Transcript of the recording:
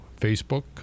Facebook